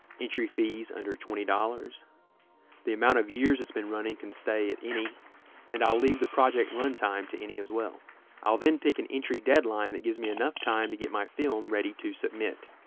entry fees under twenty dollars the amount of years it's been running can stay at any and i'll leave the project run time to any as well i'll then pick an entry deadline that gives me enough time to get my film ready to submit